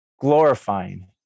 glorifying